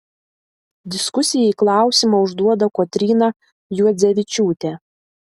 diskusijai klausimą užduoda kotryna juodzevičiūtė